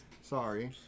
Sorry